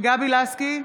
גבי לסקי,